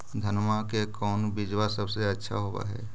धनमा के कौन बिजबा सबसे अच्छा होव है?